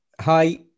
Hi